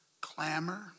Clamor